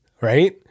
Right